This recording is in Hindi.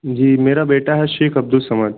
जी मेरा बेटा है शेख अब्दुल समद